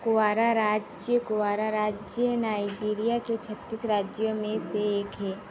क्वारा राज्य क्वारा राज्य नाइजीरिया के छत्तीस राज्यों में से एक है